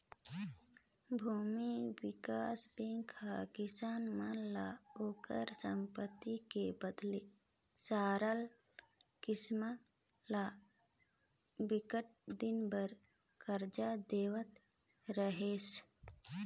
भूमि बिकास बेंक ह किसान मन ल ओखर संपत्ति के बदला सरल किसम ले बिकट दिन बर करजा देवत रिहिस